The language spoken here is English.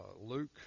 Luke